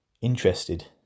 interested